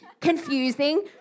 confusing